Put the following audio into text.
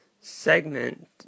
Segment